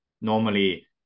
normally